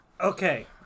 Okay